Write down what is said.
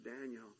Daniel